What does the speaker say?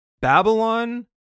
Babylon